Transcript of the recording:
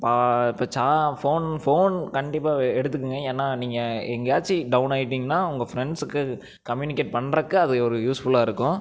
பா இப்போ சா ஃபோன் ஃபோன் கண்டிப்பாக எடுத்துக்கோங்க ஏன்னால் நீங்கள் எங்கேயாச்சி டவுன் ஆகிட்டிங்னா உங்கள் ஃப்ரெண்ட்ஸுக்கு கம்யூனிக்கேட் பண்ணுறக்கு அது ஒரு யூஸ்ஃபுல்லாக இருக்கும்